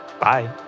Bye